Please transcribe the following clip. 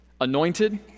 Anointed